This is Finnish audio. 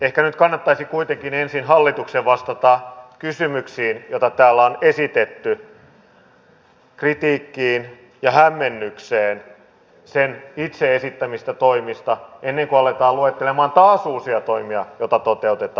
ehkä nyt kannattaisi kuitenkin ensin hallituksen vastata kysymyksiin joita täällä on esitetty kritiikkiin ja hämmennykseen sen itse esittämistä toimista ennen kuin aletaan luettelemaan taas uusia toimia joita toteutetaan